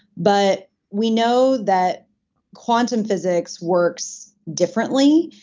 but we know that quantum physics works differently,